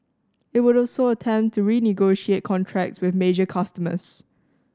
it would also attempt to renegotiate contracts with major customers